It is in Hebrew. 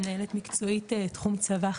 מנהלת מקצועית תחום צבא,